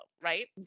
right